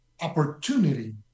opportunity